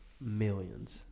Millions